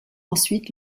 ensuite